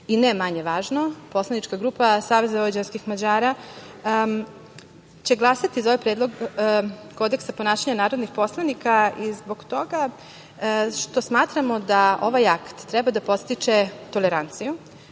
ne manje važno, poslanička grupa SVM će glasati za ovaj Predlog kodeksa ponašanja narodnih poslanika zbog toga što smatramo da ovaj akt treba da podstiče toleranciju